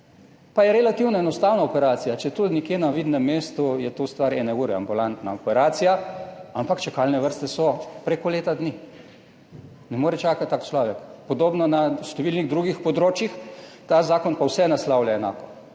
pa je relativno enostavna operacija, če tu nekje na vidnem mestu je to stvar ene ure, ambulantna operacija, ampak čakalne vrste so preko leta dni. Ne more čakati tak človek. Podobno na številnih drugih področjih. Ta zakon pa vse naslavlja enako.